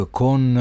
con